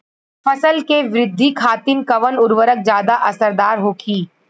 फसल के वृद्धि खातिन कवन उर्वरक ज्यादा असरदार होखि?